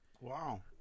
wow